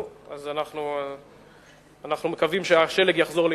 אנחנו מקווים שהשלג יחזור לירושלים.